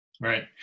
Right